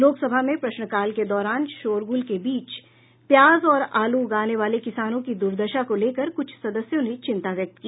लोकसभा में प्रश्नकाल के दौरान शोरगुल के बीच प्याज और आलू उगाने वाले किसानों की दुर्दशा को लेकर कुछ सदस्यों ने चिन्ता व्यक्त की